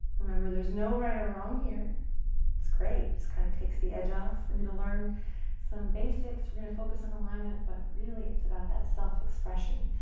remember, there's no right or wrong. it's great, just kind of takes the edge off. we're going to learn some basics, we're going to focus on alignment, but really it's about that self expression.